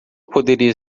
poderia